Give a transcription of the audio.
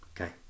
Okay